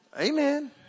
Amen